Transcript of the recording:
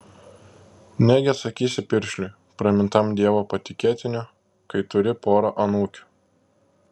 negi atsakysi piršliui pramintam dievo patikėtiniu kai turi porą anūkių